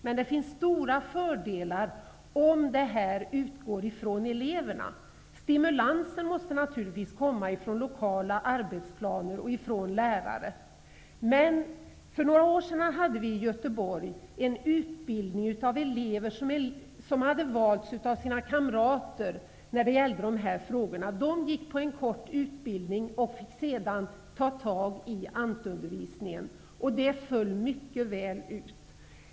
Men det vore en stor fördel om detta utgick från eleverna. Stimulansen måste naturligtvis komma från lokala arbetsplaner och från lärare. För några år sedan hade vi i Göteborg en utbildning av elever som hade valts av sina kamrater när det gäller dessa frågor. De gick en kort utbildning, och de fick sedan ta tag i ANT-undervisningen. Det föll mycket väl ut.